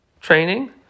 training